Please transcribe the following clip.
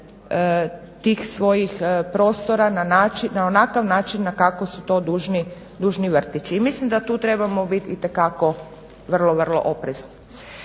svojih prostora na onakav način na kako su to dužni vrtići. I mislim da tu trebamo biti itekako vrlo vrlo oprezni.